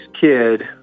kid